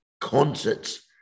concerts